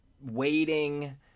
waiting